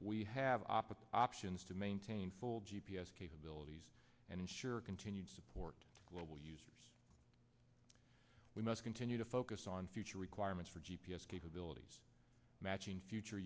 we have optical options to maintain full g p s capabilities and ensure continued support global users we must continue to focus on future requirements for g p s capabilities matching future